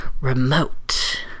remote